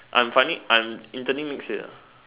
I'm finally I'm interning next year ah